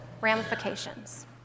ramifications